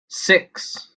six